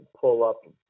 pull-up